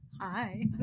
Hi